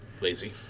Lazy